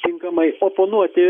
tinkamai oponuoti